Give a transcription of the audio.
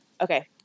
Okay